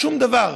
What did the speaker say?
שום דבר.